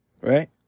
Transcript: right